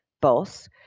boss